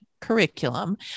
curriculum